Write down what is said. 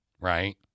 right